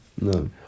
No